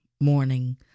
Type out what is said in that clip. morning